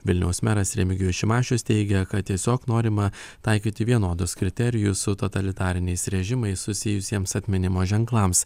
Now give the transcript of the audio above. vilniaus meras remigijus šimašius teigia kad tiesiog norima taikyti vienodus kriterijus su totalitariniais režimais susijusiems atminimo ženklams